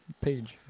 Page